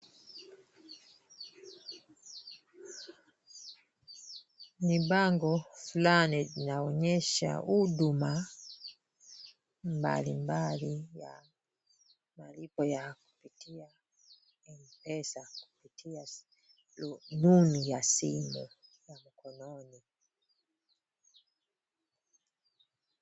Ni bango fulani yaonyesha huduma mbalimbali ya malipo ya kupitia Mpesa kupitia mbinu ya simu ya mkononi.